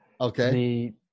Okay